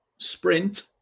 sprint